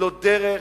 לא דרך,